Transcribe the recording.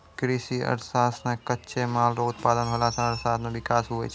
कृषि अर्थशास्त्र से कच्चे माल रो उत्पादन होला से अर्थशास्त्र मे विकास हुवै छै